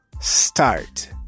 start